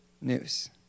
news